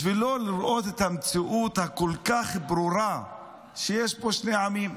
בשביל לא לראות את המציאות הכל-כך ברורה שיש פה שני עמים.